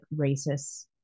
racists